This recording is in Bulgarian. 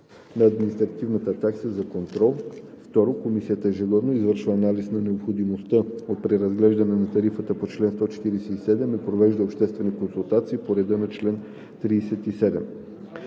на административната такса за контрол. (2) Комисията ежегодно извършва анализ на необходимостта от преразглеждане на тарифата по чл. 147 и провежда обществени консултации по реда на чл. 37.